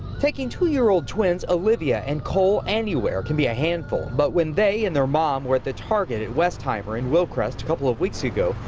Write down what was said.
taking two-year-old twins olivia and cole anywherecan be a handful, but when they and their mom were at the target at westheimer and wilcrest a couple of weeks ago,